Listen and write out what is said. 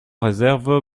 réserve